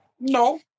No